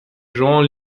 jean